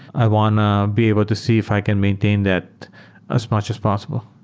i want to be able to see if i can maintain that as much as possible.